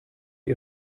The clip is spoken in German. ihr